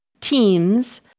Teams